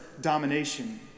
domination